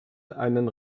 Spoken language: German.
einen